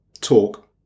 talk